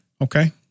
Okay